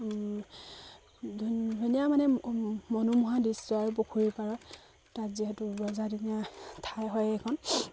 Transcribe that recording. ধুন ধুনীয়া মানে মনোমোহা দৃশ্য পুখুৰীৰ পাৰত তাত যিহেতু ৰজাদিনীয়া ঠাই হয় এইখন